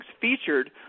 featured